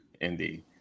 Indeed